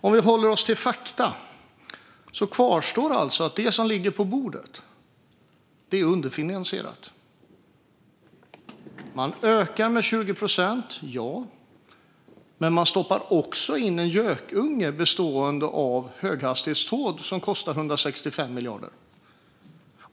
Om vi håller oss till fakta kvarstår det att det som ligger på bordet är underfinansierat. Ja, man ökar med 20 procent, men man stoppar också in en gökunge bestående av höghastighetståg som kostar 165 miljarder.